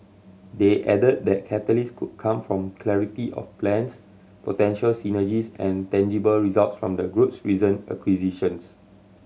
they added that catalysts could come from clarity of plans potential synergies and tangible results from the group's recent acquisitions